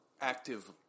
active